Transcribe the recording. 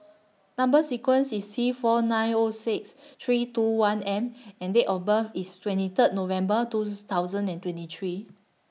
Number sequence IS T four nine O six three two one M and Date of birth IS twenty Third November two thousand and twenty three